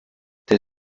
der